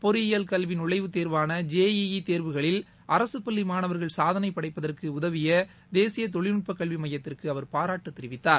பொறியியல் கல்வி நுழைவுத் தேர்வாள ஜே ாா தேர்வுகளில் அரசுப் பள்ளி மாணவர்கள் சாதனை படைப்பதற்கு உதவிய தேசிய தொழில்நுட்ப கல்வி மையத்திற்கு அவர் பாராட்டுத் தெரிவித்தார்